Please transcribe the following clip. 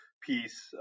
piece